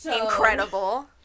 Incredible